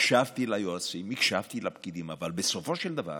הקשבתי ליועצים, הקשבתי לפקידים, אבל בסופו של דבר